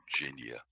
virginia